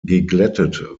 geglättet